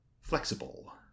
flexible